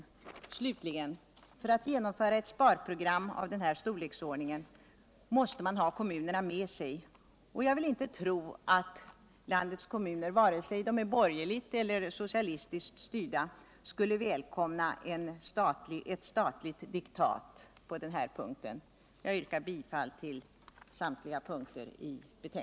Slutligen måste man för att genomföra ett sparprogram av denna storleksordning ha kommunerna med sig, och jag vill inte tro att landets kommuner — varken de borgerligt eller de socialistiskt styrda — skulle välkomna ett statligt diktat på den här punkten.